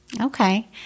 Okay